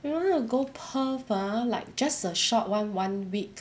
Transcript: we wanted to go perth ah like just a short [one] one week